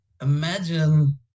Imagine